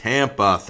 Tampa